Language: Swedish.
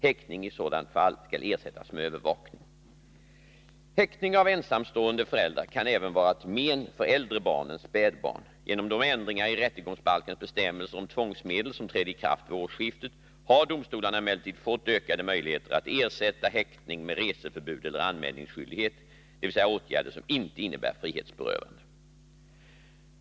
Häktning i sådana fall skall ersättas med övervakning. Häktning av en ensamstående förälder kan även vara till men för äldre barn än spädbarn. Genom de ändringar i rättegångsbalkens bestämmelser 15 att hindra att barn behöver vistas i häkte om tvångsmedel som trädde i kraft vid årsskiftet har domstolarna emellertid fått ökade möjligheter att ersätta häktning med reseförbud eller anmälningsskyldighet, dvs. åtgärder som inte innebär frihetsberövande.